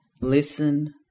listen